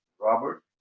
Robert